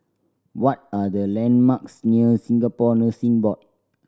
what are the landmarks near Singapore Nursing Board